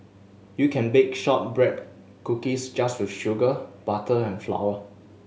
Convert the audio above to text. you can bake shortbread cookies just with sugar butter and flour